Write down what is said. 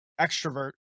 extrovert